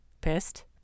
pissed